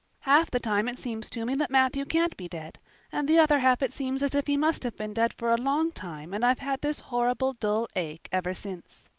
half the time it seems to me that matthew can't be dead and the other half it seems as if he must have been dead for a long time and i've had this horrible dull ache ever since.